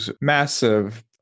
massive